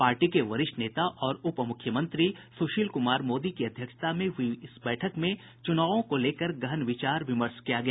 party के वरिष्ठ नेता और उपमुख्यमंत्री सुशील कुमार मोदी की अध्यक्षता में हुई इस बैठक में चुनावों को लेकर गहन विचार विमर्श किया गया